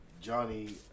Johnny